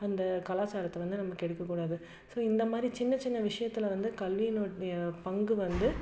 அந்த கலாச்சாரத்தை வந்து நம்ம கெடுக்கக்கூடாது ஸோ இந்த மாதிரி சின்ன சின்ன விஷயத்தில் வந்து கல்வினுடைய பங்கு வந்து